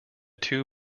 two